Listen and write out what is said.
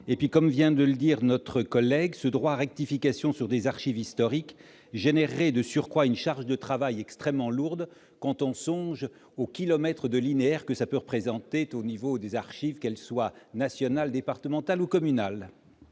et puis comme vient de le dire, notre collègue ce droit rectification sur des archives historiques générer de surcroît une charge de travail extrêmement lourde quand on songe au kilomètre de linéaire que ça peut représenter au niveau des archives, qu'elles soient nationales, départementales ou communales.